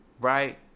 right